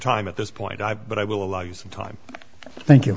time at this point i but i will allow you some time thank